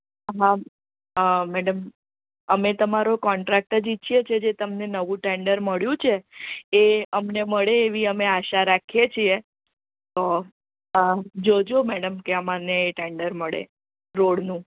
હા મેડમ અમે તમારો કોન્ટ્રાક્ટ જ ઈચ્છીએ છીએ જો તમને નવું ટેન્ડર મળ્યું છે એ અમને મળે એવી અમે આશા રાખીએ છીએ તો હા જો જો મેડમ કે અમને ટેન્ડર મળે રોડનું